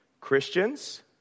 Christians